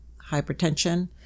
hypertension